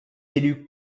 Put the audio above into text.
élu